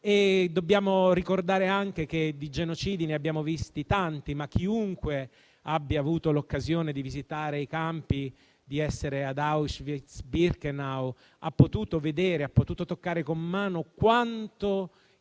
Dobbiamo ricordare anche che di genocidi ne abbiamo visti tanti, ma chiunque abbia avuto l'occasione di visitare i campi di Auschwitz e Birkenau ha potuto vedere e toccare con mano quanto, in